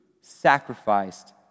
sacrificed